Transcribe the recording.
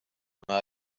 pan